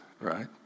right